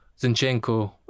Zinchenko